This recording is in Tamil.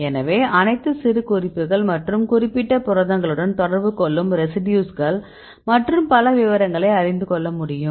எனவே அனைத்து சிறுகுறிப்புகள் மற்றும் குறிப்பிட்ட புரதங்களுடன் தொடர்பு கொள்ளும் ரெசிடியூஸ்கள் மற்றும் பல விவரங்களை அறிந்து கொள்ள முடியும்